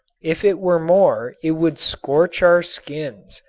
if it were more it would scorch our skins,